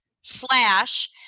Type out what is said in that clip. slash